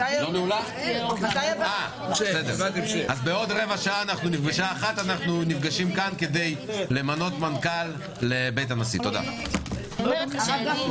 12:45.